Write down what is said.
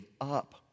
up